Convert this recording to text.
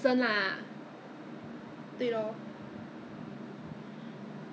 有啦有啦慢慢用 so that's why I that's why this one foi~